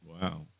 Wow